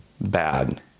bad